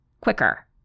quicker